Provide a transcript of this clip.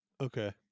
Okay